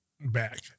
back